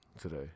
today